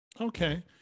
Okay